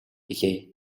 билээ